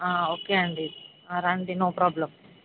ఆ ఓకే అండి ఆ రండి నో ప్రాబ్లం